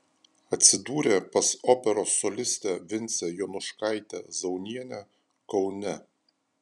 atsidūrė pas operos solistę vincę jonuškaitę zaunienę kaune